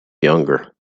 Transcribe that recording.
younger